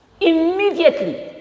Immediately